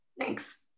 Thanks